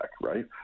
right